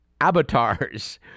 avatars